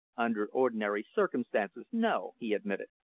under ordinary circumstances, no! he admitted.